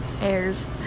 airs